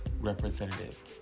representative